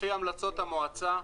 לפי המלצות המועצה.